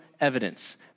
evidence